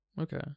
Okay